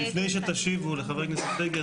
לפני שתשיבו לחבר הכנסת בגין,